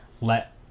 Let